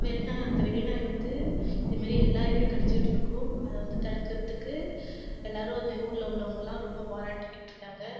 வெறிநாய் அந்த வெறி நாய் வந்து இதுமாரி எல்லாரையுமே கடிச்சிக்கிட்டுருக்கும் அதை வந்து தடுக்கிறதுக்கு எல்லாரும் வந்து ஊரில் உள்ளவங்களெலாம் ரொம்ப போராடிக்கிட்டுருக்காங்க